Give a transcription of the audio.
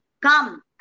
come